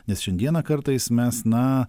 nes šiandieną kartais mes na